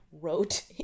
wrote